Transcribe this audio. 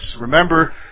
Remember